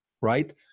right